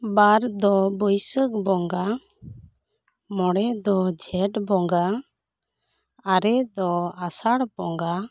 ᱵᱟᱨ ᱫᱚ ᱵᱟᱹᱭᱥᱟᱹᱠ ᱵᱚᱸᱜᱟ ᱢᱚᱬᱮ ᱫᱚ ᱡᱷᱮᱸᱴ ᱵᱚᱸᱜᱟ ᱟᱨᱮ ᱫᱚ ᱟᱥᱟᱲ ᱵᱚᱸᱜᱟ